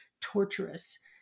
torturous